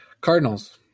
Cardinals